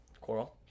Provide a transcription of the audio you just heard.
Coral